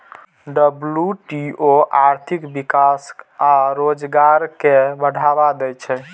WTO आर्थिक विकास आ रोजगार कें बढ़ावा दै छै